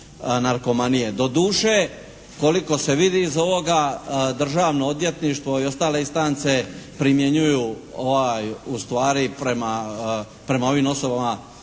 Doduše, koliko se vidi iz ovoga Državno odvjetništvo i ostale instance primjenjuju ustvari prema ovim osobama